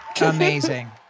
Amazing